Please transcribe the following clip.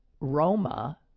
Roma